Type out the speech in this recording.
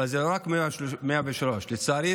אבל זה לא רק 103. לצערי,